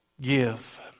give